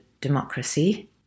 democracy